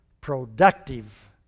productive